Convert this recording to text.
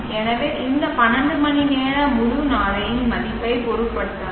எனவே இந்த 12 மணிநேர முழு நாளை இன் மதிப்பைப் பொருட்படுத்தாது